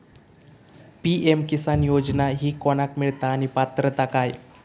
PM Kisan योजना ही कोणाक मिळता आणि पात्रता काय?